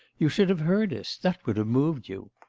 you should have heard us that would have moved you.